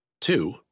Two